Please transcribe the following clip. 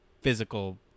physical